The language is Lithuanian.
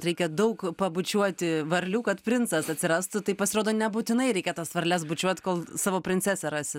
reikia daug pabučiuoti varlių kad princas atsirastų tai pasirodo nebūtinai reikia tas varles bučiuot kol savo princesę rasi